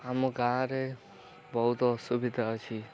ଆମ ଗାଁରେ ବହୁତ ଅସୁବିଧା ଅଛି